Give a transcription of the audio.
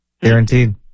Guaranteed